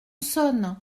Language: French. sonne